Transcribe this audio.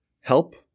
help